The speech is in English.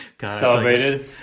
celebrated